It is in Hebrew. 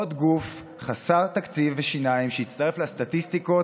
עוד גוף חסר תקציב ושיניים שיצטרף לסטטיסטיקות